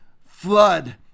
flood